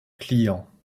clients